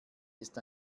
ist